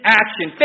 action